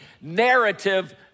narrative